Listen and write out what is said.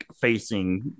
facing